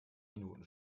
minuten